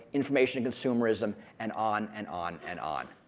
information consumerism and on and on and on.